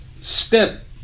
step